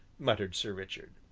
muttered sir richard.